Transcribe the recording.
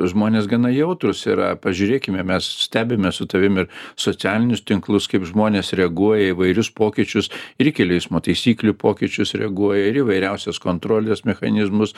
žmonės gana jautrūs yra pažiūrėkime mes stebime su tavim ir socialinius tinklus kaip žmonės reaguoja į įvairius pokyčius ir į kelių eismo taisyklių pokyčius reaguoja ir į įvairiausios kontrolės mechanizmus